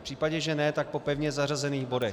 V případě, že ne, tak po pevně zařazených bodech.